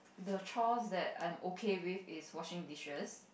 the chores that I am okay with is washing dishes